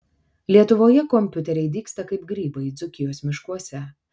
lietuvoje kompiuteriai dygsta kaip grybai dzūkijos miškuose